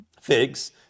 figs